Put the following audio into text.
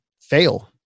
fail